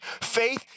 Faith